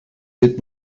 dit